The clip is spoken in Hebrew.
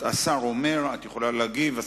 השר אומר, ואת יכולה להגיב.